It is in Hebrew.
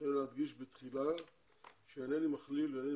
אני רוצה להדגיש בתחילת הדיון כי אינני מכליל ואינני